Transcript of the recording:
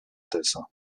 tesa